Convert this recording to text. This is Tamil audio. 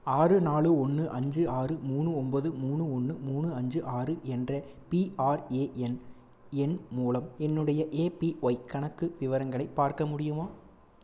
ஆறு நாலு ஒன்று அஞ்சு ஆறு மூணு ஒம்போது மூணு ஒன்று மூணு அஞ்சு ஆறு என்ற பிஆர்ஏஎன் எண் மூலம் என்னுடைய ஏபிஒய் கணக்கு விவரங்களை பார்க்க முடியுமா